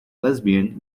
lesbian